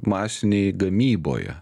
masinėj gamyboje